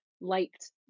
liked